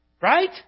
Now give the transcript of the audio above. Right